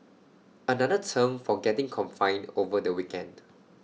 another term for getting confined over the weekend